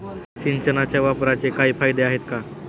सिंचनाच्या वापराचे काही फायदे आहेत का?